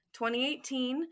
2018